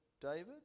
David